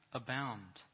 abound